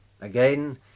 Again